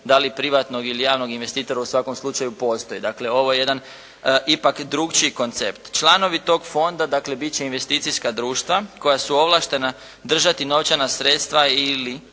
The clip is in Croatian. da li privatnog ili javnog investitora u svakom slučaju postoji. Dakle, ovo je jedan ipak drukčiji koncept. Članovi tog fonda, dakle bit će investicijska društva koja su ovlaštena držati novčana sredstva ili